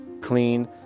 clean